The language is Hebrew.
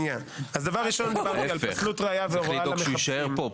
צריך לדאוג שהוא יישאר פה,